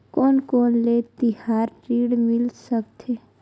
कोन कोन ले तिहार ऋण मिल सकथे?